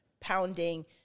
pounding